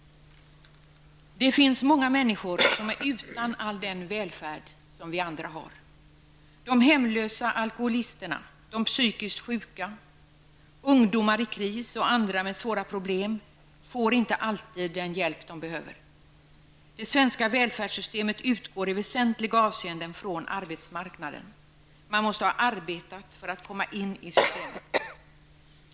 Det finns många människor som är utan all den välfärd som vi andra har. De hemlösa alkoholisterna, de psykiskt sjuka, ungdomar i kris och andra med svåra problem får inte alltid den hjälp de behöver. Det svenska välfärdssystemet utgår i väsentliga avseenden från arbetsmarknaden. Man måste ha arbetat för att komma in i systemet.